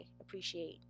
appreciate